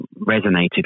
resonated